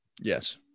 Yes